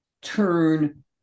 turn